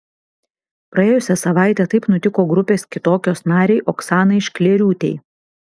praėjusią savaitę taip nutiko grupės kitokios narei oksanai šklėriūtei